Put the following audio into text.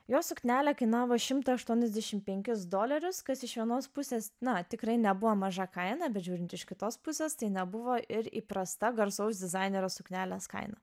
jos suknelė kainavo šimtą aštuoniasdešim penkis dolerius kas iš vienos pusės na tikrai nebuvo maža kaina bet žiūrint iš kitos pusės tai nebuvo ir įprasta garsaus dizainerio suknelės kaina